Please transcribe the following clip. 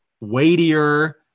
weightier